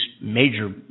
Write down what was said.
major